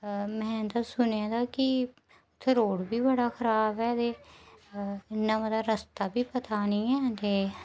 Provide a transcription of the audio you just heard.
में सुनेआ दा कि उत्थै रोड बी बड्डा खराब ऐ ते इ'न्ना बड्डा रस्ता बी पता नी ऐ जे